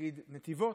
נגיד נתיבות.